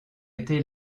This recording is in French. été